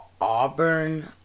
Auburn